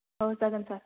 औ जागोन सार